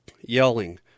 yelling